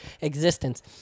existence